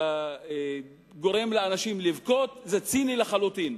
גורם לאנשים לבכות, זה ציני לחלוטין.